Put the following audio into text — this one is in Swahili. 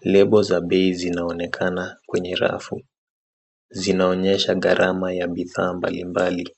Lebo za bei zinaonekana kwenye rafu. Zinaonyesha gharama za bidhaa mbalimbali.